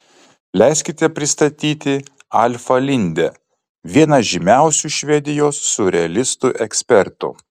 leiskite pristatyti alfą lindę vieną žymiausių švedijos siurrealistų ekspertų